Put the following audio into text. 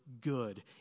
good